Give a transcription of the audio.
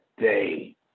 day